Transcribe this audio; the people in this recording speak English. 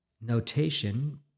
notation